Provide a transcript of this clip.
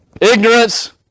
Ignorance